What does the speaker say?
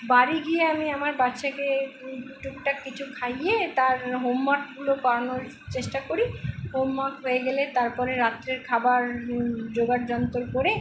বাড়ি গিয়ে আমি আমার বাচ্চাকে টুকটাক কিছু খাইয়ে তার হোমওয়ার্কগুলো করানোর চেষ্টা করি হোম ওয়ার্ক হয়ে গেলে তারপরে রাত্রের খাবার জোগাড় যন্তর করে